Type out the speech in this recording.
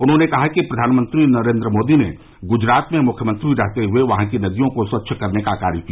उन्होंने कहा कि प्रधानमंत्री नरेंद्र मोदी ने ग्जरात में मुख्यमंत्री रहते हए वहां की नदियों को स्वच्छ करने का कार्य किया